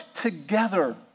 together